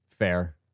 Fair